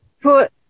put